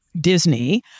Disney